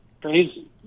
crazy